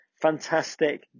fantastic